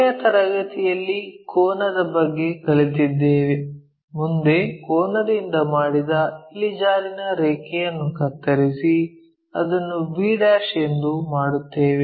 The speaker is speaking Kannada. ಕೊನೆಯ ತರಗತಿಯಲ್ಲಿ ಕೋನದ ಬಗ್ಗೆ ಕಲಿತಿದ್ದೇವೆ ಮುಂದೆ ಕೋನದಿಂದ ಮಾಡಿದ ಇಳಿಜಾರಿನ ರೇಖೆಯನ್ನು ಕತ್ತರಿಸಿ ಅದನ್ನು b ಎಂದು ಮಾಡುತ್ತೇವೆ